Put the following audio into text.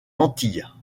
antilles